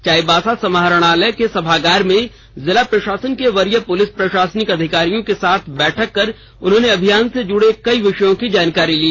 चाईबासा समाहरणालय के सभागार में जिला प्रशासन के वरीय पुलिस प्रशासनिक अधिकारियों के साथ बैठक कर उन्होंने अभियान से जूड़े कई विषयों की जानकारी ली